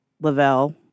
Lavelle